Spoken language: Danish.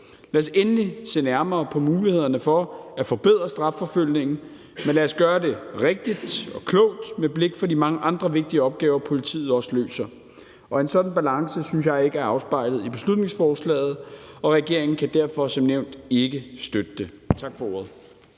Lad os endelig se nærmere på mulighederne for at forbedre strafforfølgningen, men det os gøre det rigtigt og klogt med blik for de mange andre vigtige opgaver, politiet også løser. En sådan balance synes jeg ikke er afspejlet i beslutningsforslaget, og regeringen kan derfor som nævnt ikke støtte det. Tak for ordet.